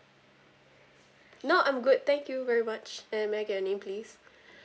no I'm good thank you very much uh may I get your name please